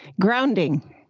Grounding